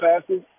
passes